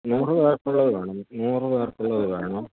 നൂറ് പേർക്കുള്ളത് വേണം നൂറ് പേർക്കുള്ളത് വേണം